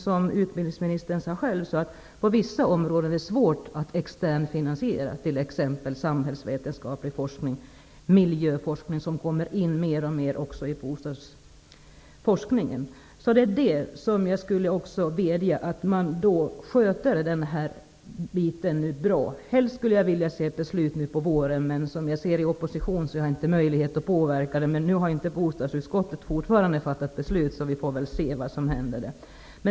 Men utbildningsministern sade själv att det på vissa områden är svårt att externt finansiera forskning, t.ex. samhällsvetenskaplig sådan. Den kommer alltmer in i bostadsforskningen. Jag vill vädja till regeringen att hantera denna verksamhet på ett bra sätt. Helst skulle jag vilja se ett beslut nu under våren. Men jag har i opposition inte någon möjlighet att påverka detta. Bostadsutskottet har ännu inte fattat något beslut. Vi får väl se vad som händer.